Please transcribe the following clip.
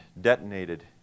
detonated